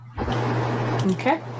Okay